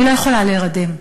אני לא יכולה להירדם.